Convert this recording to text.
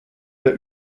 der